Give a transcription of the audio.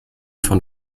von